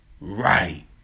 right